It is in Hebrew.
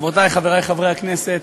חברי וחברותי חברי הכנסת,